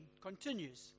continues